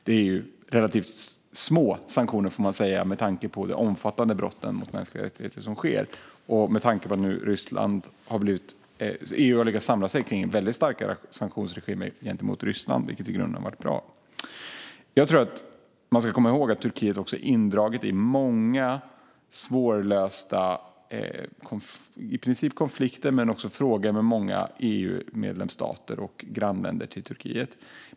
Det är relativt små sanktioner får man säga med tanke på de omfattande brotten mot mänskliga rättigheter som sker och med tanke på att EU nu har lyckats samla sig om väldigt starka sanktionsregimer gentemot Ryssland, vilket i grunden har varit bra. Man ska komma ihåg att Turkiet i princip är indraget i många svårlösta konflikter och frågor med många EU-medlemsstater och grannländer till Turkiet.